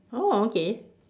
orh okay